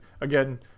again